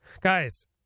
Guys